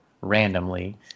randomly